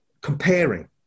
comparing